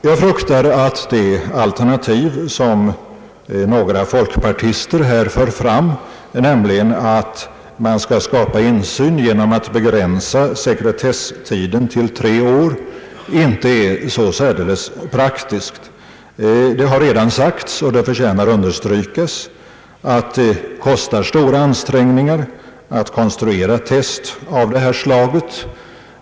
Jag fruktar att det alternativ som några folkpartister här fört fram, nämligen att man skall skapa insyn genom att besränsa sekretesstiden till tre år, inte är så särdeles praktiskt. Det har redan sagts, och det förtjänar att understrykas, att det kostar stora pengar att konstruera test av det här slaget.